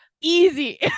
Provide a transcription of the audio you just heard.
easy